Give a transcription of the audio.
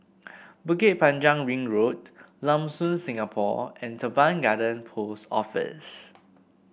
Bukit Panjang Ring Road Lam Soon Singapore and Teban Garden Post Office